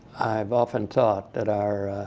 i've often thought that our